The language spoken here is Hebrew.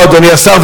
אדוני השר.